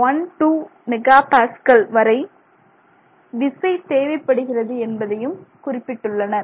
12 MPa வரை விசை தேவைப்படுகிறது என்பதையும் குறிப்பிட்டுள்ளனர்